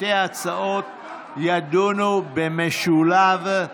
שתי ההצעות יידונו במשולב.